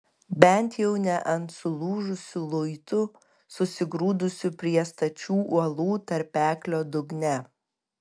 bent jau ne ant sulūžusių luitų susigrūdusių prie stačių uolų tarpeklio dugne